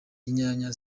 inyanya